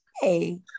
Hey